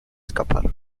escapar